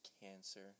cancer